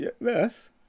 yes